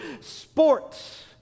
sports